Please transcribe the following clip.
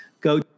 go